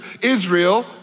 Israel